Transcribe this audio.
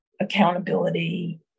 accountability